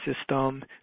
system